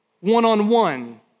one-on-one